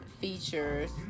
features